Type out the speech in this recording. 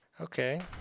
Okay